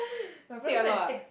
take a lot ah